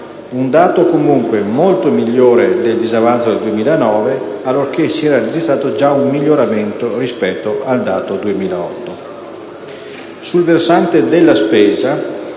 (un dato comunque molto migliore del disavanzo del 2009, allorché si era registrato già un miglioramento rispetto al dato 2008). Sul versante della spesa,